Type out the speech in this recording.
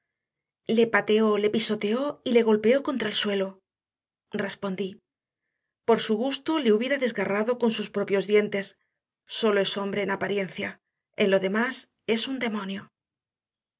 le pateó le pisoteó y le golpeó contra el suelo respondí por su gusto le hubiera desgarrado con sus propios dientes sólo es hombre en apariencia en lo demás es un demonio